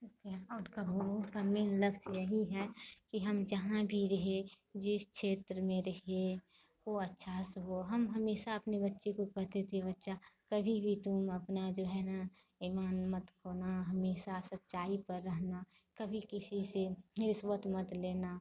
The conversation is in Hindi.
और कहूँ उसका मेन लक्ष्य यही है कि हम जहाँ भी रहें जिस क्षेत्र में रहें वह अच्छा से हो हम हमेशा अपने बच्चे को कहते थे बच्चा कभी भी तुम अपना जो है ना ईमान मत खोना हमेशा सच्चाई पर रहना कभी किसी से रिश्वत मत लेना